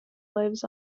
lives